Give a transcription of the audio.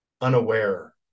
unaware